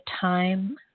time